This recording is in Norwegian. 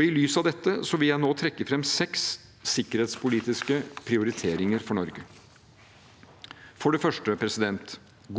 I lys av dette vil jeg nå trekke fram seks sikkerhetspolitiske prioriteringer for Norge. For det første: